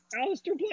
Alistair